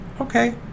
Okay